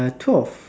twelve